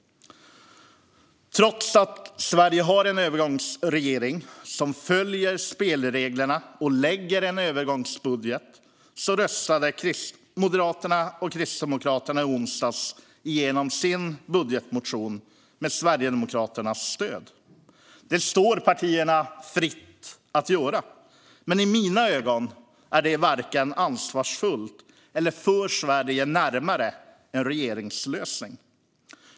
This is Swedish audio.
Trots att Sverige har en övergångsregering som följer spelreglerna och lägger fram en övergångsbudget röstade Moderaterna och Kristdemokraterna i onsdags igenom sin budgetmotion med Sverigedemokraternas stöd. Det står partierna fritt att göra så. Men i mina ögon är det inte ansvarsfullt, och det för inte heller Sverige närmare en regeringslösning.